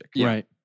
right